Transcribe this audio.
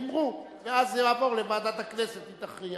אִמרו, ואז זה יעבור לוועדת הכנסת והיא תכריע.